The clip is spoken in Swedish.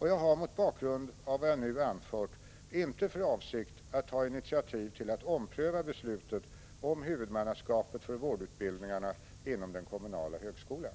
Jag har mot bakgrund av vad jag nu anfört inte för avsikt att ta initiativ till att ompröva beslutet om huvudmannaskapet för vårdutbildningarna inom den kommunala högskolan.